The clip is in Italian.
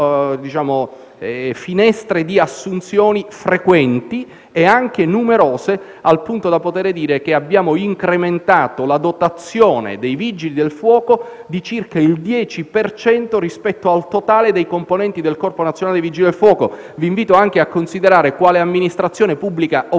infatti finestre di assunzioni frequenti e anche numerose, al punto da poter dire che abbiamo incrementato la dotazione di circa il 10 per cento rispetto al totale dei componenti del Corpo nazionale Vigili del fuoco. Vi invito a considerare quale altra amministrazione pubblica o